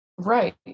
Right